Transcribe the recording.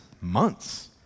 months